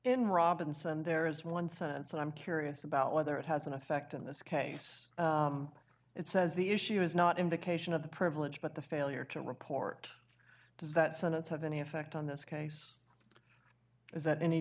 in robinson there is once and so i'm curious about whether it has an effect in this case it says the issue is not invocation of the privilege but the failure to report does that sentence have any effect on this case is that any